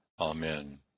Amen